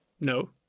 No